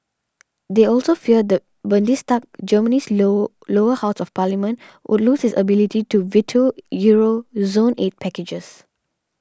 they also fear the Bundestag Germany's low lower house of parliament would loses ability to veto Euro zone aid packages